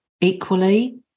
Equally